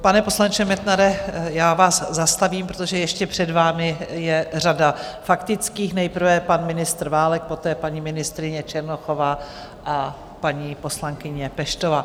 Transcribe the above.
Pane poslanče Metnare, já vás zastavím, protože ještě před vámi je řada faktických; nejprve pan ministr Válek, poté paní ministryně Černochová a paní poslankyně Peštová.